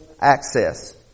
access